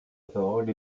parole